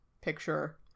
picture